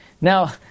Now